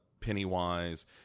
Pennywise